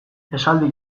esaldi